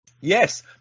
Yes